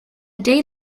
day